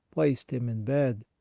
placed him in bed.